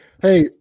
Hey